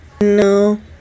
No